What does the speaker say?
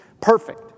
perfect